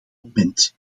moment